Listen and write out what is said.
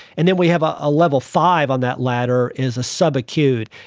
and then we have ah a level five on that ladder is a subacute.